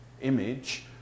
image